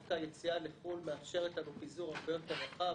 דווקא היציאה לחו"ל מאפשרת לנו פיזור הרבה יותר רחב,